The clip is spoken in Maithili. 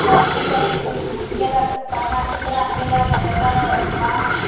सब चिक्कन चिक्कन केलक सफाइ सुथरा केलक तेकर बाद सऽ